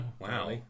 Wow